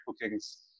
bookings